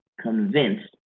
convinced